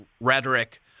rhetoric